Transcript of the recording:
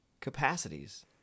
capacities